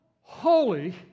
holy